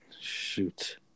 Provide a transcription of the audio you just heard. Shoot